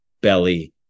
belly